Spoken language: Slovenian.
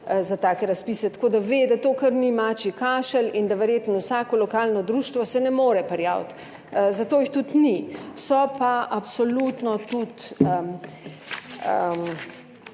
za take razpise, tako da ve, da to kar ni mačji kašelj in da verjetno vsako lokalno društvo se ne more prijaviti, zato jih tudi ni. So pa absolutno tudi